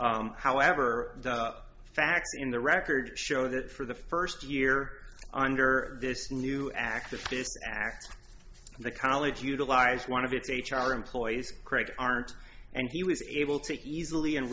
s however the facts in the record show that for the first year under this new act of the college utilized one of its h r employees craig aren't and he was able to easily and